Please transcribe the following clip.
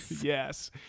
yes